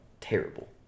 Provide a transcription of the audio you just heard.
terrible